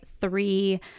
three